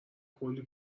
کلی